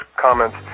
comments